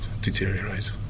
deteriorate